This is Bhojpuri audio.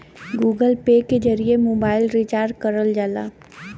गूगल पे के जरिए मोबाइल रिचार्ज करल जाला